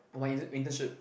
for my inter~ internship